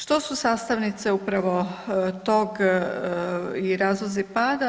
Što su sastavnice upravo toga i razlozi pada?